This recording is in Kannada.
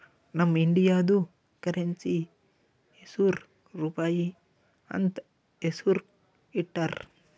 ನಮ್ ಇಂಡಿಯಾದು ಕರೆನ್ಸಿ ಹೆಸುರ್ ರೂಪಾಯಿ ಅಂತ್ ಹೆಸುರ್ ಇಟ್ಟಾರ್